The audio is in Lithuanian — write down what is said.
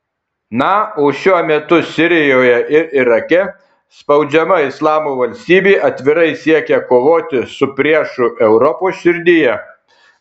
na o šiuo metu sirijoje ir irake spaudžiama islamo valstybė atvirai siekia kovoti su priešu europos širdyje